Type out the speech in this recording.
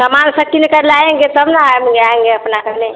सामान सब किन कर लाएँगे तब न अभी आएँगे अपना करने